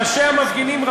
ראשי המפגינים,